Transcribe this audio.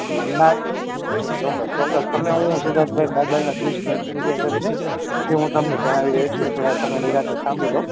ના ચોક્કસ ચોક્કસ તમને હું સિધ્ધાર્થભાઈ મોબાઈલનાં જે સ્પેસિફિકેશન છે તે હું તમને જણાવી રહ્યો છું એ જરા તમે નિરાંતે સાંભળી લો